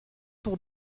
pour